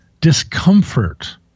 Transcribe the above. discomfort